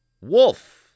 Wolf